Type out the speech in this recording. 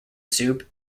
soup